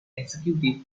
executive